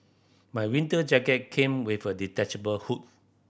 my winter jacket came with a detachable hood